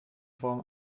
form